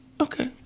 Okay